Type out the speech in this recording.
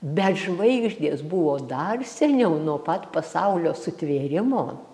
bet žvaigždės buvo dar seniau nuo pat pasaulio sutvėrimo